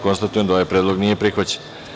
Konstatujem da ovaj predlog nije prihvaćen.